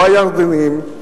לא הירדנים,